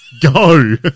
Go